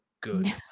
good